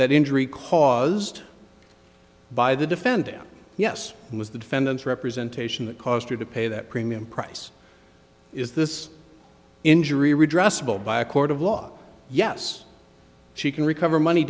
that injury caused by the defendant yes it was the defendant's representation that caused her to pay that premium price is this injury redress a bill by a court of law yes she can recover money